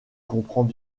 comprends